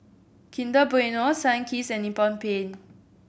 Kinder Bueno Sunkist and Nippon Paint